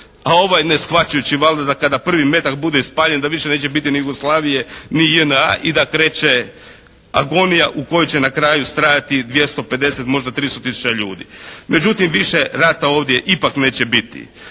a ovaj ne shvaćajući valjda da kada prvi metak bude ispaljen da više neće biti ni Jugoslavije ni JNA i da kreće agonija u kojoj će na kraju stradati 250, možda 300 tisuća ljudi. Međutim, više rata ovdje ipak neće biti.